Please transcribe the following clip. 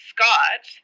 Scott